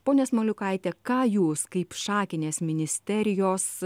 ponia smaliukaite ką jūs kaip šakinės ministerijos